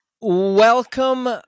welcome